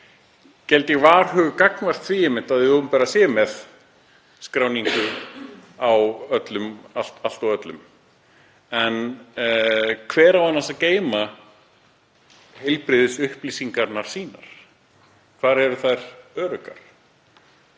geld ég varhuga við því að hið opinbera sé með skráningu á öllu og öllum. En hver á annars að geyma heilbrigðisupplýsingarnar þínar? Hvar eru þær öruggar?